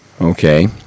okay